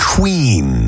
Queen